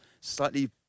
slightly